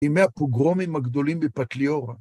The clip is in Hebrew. ימי הפוגרומים הגדולים בפטליורה.